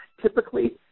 typically